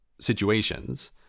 situations